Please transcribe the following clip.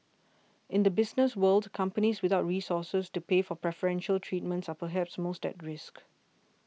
in the business world companies without resources to pay for preferential treatments are perhaps most at risk